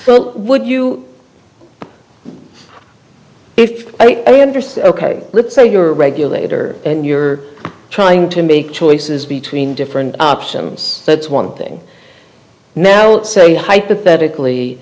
close would you if i understood ok let's say you're a regulator and you're trying to make choices between different options that's one thing now don't say hypothetically